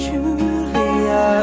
Julia